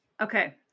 Okay